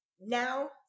now